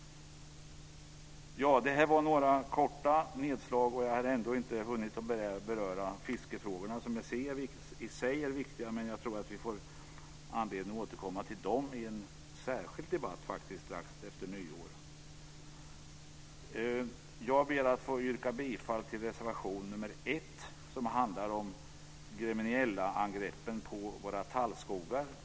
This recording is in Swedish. Detta var några kort nedslag, och jag har ändå inte hunnit beröra fiskefrågorna som i sig är viktiga. Men jag tror att vi får anledning att återkomma till dem i en särskild debatt strax efter nyår. Jag ber att få yrka bifall till reservation 1 som handlar om gremmeniellaangreppen på våra tallskogar.